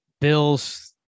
Bills